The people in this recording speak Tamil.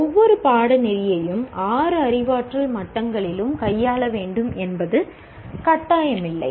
ஒவ்வொரு பாடநெறியையும் ஆறு அறிவாற்றல் மட்டங்களிலும் கையாள வேண்டும் என்பது கட்டாயமில்லை